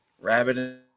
Rabbit